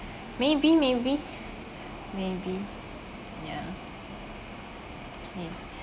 maybe maybe maybe ya okay